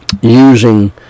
using